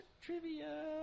Trivia